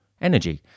energy